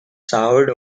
soured